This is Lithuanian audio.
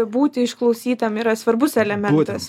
būti išklausytam yra svarbus elementas